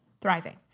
thriving